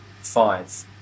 five